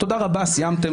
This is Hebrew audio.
תודה רבה, סיימתם.